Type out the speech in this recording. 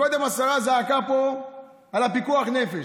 קודם השרה זעקה פה על פיקוח נפש.